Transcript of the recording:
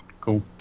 Cool